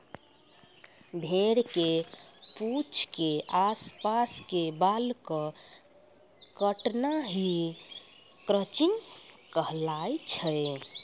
भेड़ के पूंछ के आस पास के बाल कॅ काटना हीं क्रचिंग कहलाय छै